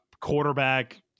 quarterback